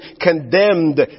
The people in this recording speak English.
condemned